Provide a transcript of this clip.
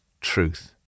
Truth